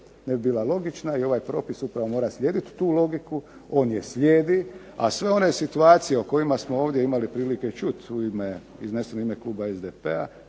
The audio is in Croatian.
ne bi bila logična i ovaj propis koji mora slijediti tu logiku on je slijedi, a sve one situacije o kojima smo imali ovdje čuti u ime iznesene u ime kluba SDP-a